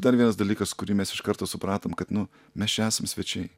dar vienas dalykas kurį mes iš karto supratom kad nu mes čia esam svečiai